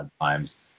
times